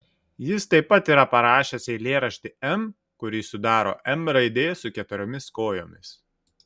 jis taip pat yra parašęs eilėraštį m kurį sudaro m raidė su keturiomis kojomis